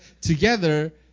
together